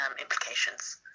implications